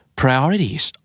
priorities